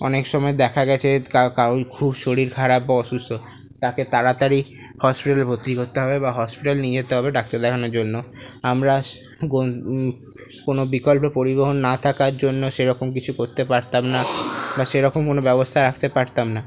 অনেক সময় দেখা গেছে কারোর কারোর খুব শরীর খারাপ বা অসুস্থ তাকে তাড়াতাড়ি হসপিটালে ভর্তি করতে হবে বা হসপিটাল নিয়ে যেতে হবে ডাক্তার দেখানোর জন্য আমরা কোনো বিকল্প পরিবহন না থাকার জন্য সেরকম কিছু করতে পারতাম না বা সেরকম কোনো ব্যবস্থা রাখতে পারতাম না